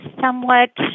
somewhat